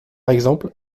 exemple